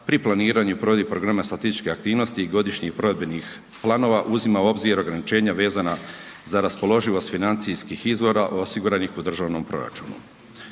pri planiranju i provedbi programa statističke aktivnosti i godišnjih provedbenih planova uzima u obzir ograničenja vezana za raspoloživost financijskih izvora osiguranih u državnom proračunu.